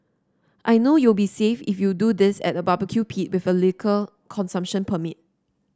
I know you'll be safe if you do this at a barbecue pit with a liquor consumption permit